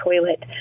toilet